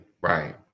Right